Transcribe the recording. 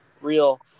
real